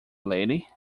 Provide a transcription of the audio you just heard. lady